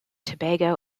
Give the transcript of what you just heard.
tobago